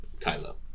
Kylo